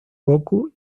gokū